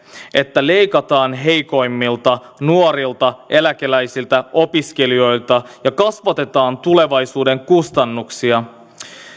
että leikataan heikoimmilta nuorilta eläkeläisiltä opiskelijoilta ja kasvatetaan tulevaisuuden kustannuksia